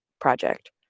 project